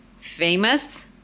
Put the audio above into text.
famous